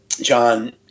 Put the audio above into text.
John